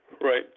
right